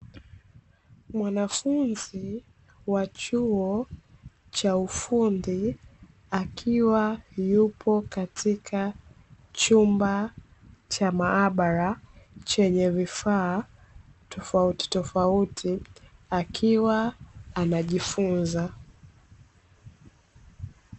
Mwanfumzi wa chuo cha ufundi, akiwa yupo katika chumba cha maabara, chenye vifaa tofautitauti akiwa anjifunza.